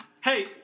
Hey